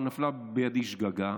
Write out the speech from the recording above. או נפלה בידי שגגה,